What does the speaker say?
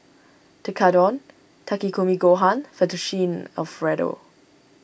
Tekkadon Takikomi Gohan Fettuccine Alfredo